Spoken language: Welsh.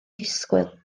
ddisgwyl